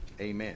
Amen